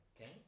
Okay